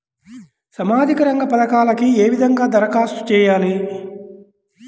సామాజిక రంగ పథకాలకీ ఏ విధంగా ధరఖాస్తు చేయాలి?